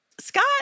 Scott